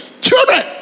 Children